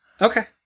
Okay